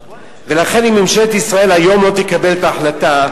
ולכן, אם ממשלת ישראל היום לא תקבל את ההחלטה,